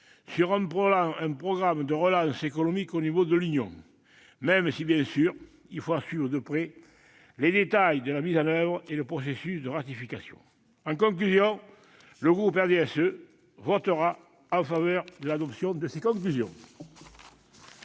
sur un programme de relance économique au niveau de l'Union. Bien évidemment, nous devrons suivre de près les détails de la mise en oeuvre et le processus de ratification. En conclusion, j'indique que le groupe du RDSE votera en faveur de l'adoption de ces conclusions.